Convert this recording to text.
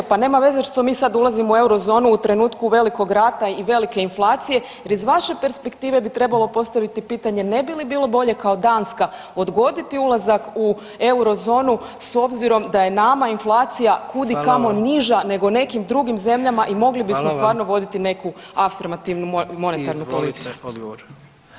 Pa nema veze što mi sad ulazimo u Eurozonu u trenutku velikog rata i velike inflacije jer iz vaše perspektive bi trebalo postaviti pitanje ne bi li bilo bolje kao Danska odgoditi ulazak u Eurozonu s obzirom da je nama inflacija kudikamo [[Upadica predsjednik: Hvala vam.]] niža nego nekim drugim zemljama i mogli bismo [[Upadica predsjednik: Hvala vam.]] stvarno voditi neku afirmativnu monetarnu politiku.